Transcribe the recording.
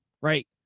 right